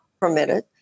permitted